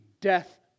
death